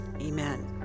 Amen